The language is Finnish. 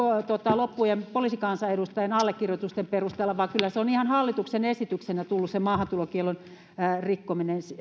loppujen poliisikansanedustajien allekirjoitusten perusteella vaan kyllä se on ihan hallituksen esityksenä tullut se maahantulokiellon rikkominen